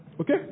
okay